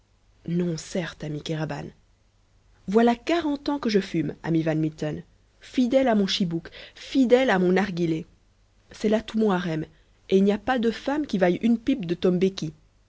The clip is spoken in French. non certes ami kéraban voilà quarante ans que je fume ami van mitten fidèle à mon chibouk fidèle à mon narghilé c'est là tout mon harem et il n'y a pas de femme qui vaille une pipe de tombéki